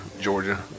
Georgia